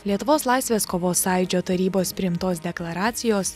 lietuvos laisvės kovos sąjūdžio tarybos priimtos deklaracijos